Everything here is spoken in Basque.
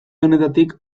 honetatik